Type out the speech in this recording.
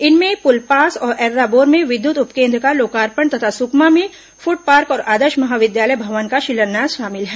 इनमें पुसपाल और एर्राबोर में विद्युत उप केन्द्र का लोकार्पण तथा सुकमा में फूड पार्क और आदर्श महाविद्यालय भवन का शिलान्यास शामिल हैं